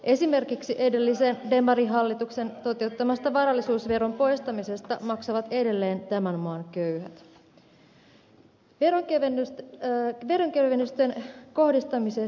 esimerkiksi edellisen demarihallituksen toteuttamasta varallisuusveron poistamisesta maksavat edelleen tämän maan köyhät